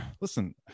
Listen